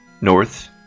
north